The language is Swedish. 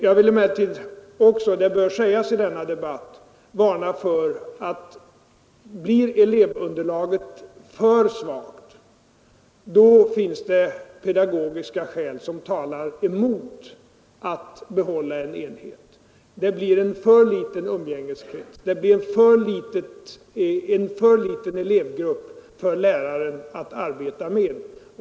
Jag vill emellertid — det bör sägas i denna debatt — varna för att blir elevunderlaget för svagt, då finns det pedagogiska skäl som talar emot att behålla en enhet. Det blir en för liten umgängeskrets, en för liten elevgrupp för läraren att arbeta med.